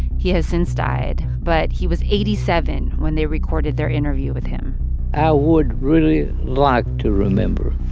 he has since died. but he was eighty seven when they recorded their interview with him i would really like to remember.